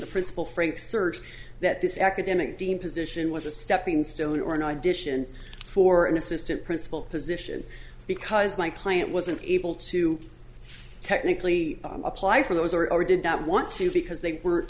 the principal frank search that this academic dean position was a stepping stone or an i dish and for an assistant principal position because my client wasn't able to technically apply for those or did not want to because they were